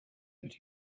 that